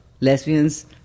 lesbians